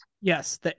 Yes